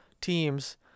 teams